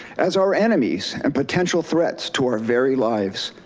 as our enemies and potential threats to our very lives.